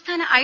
സംസ്ഥാന ഐ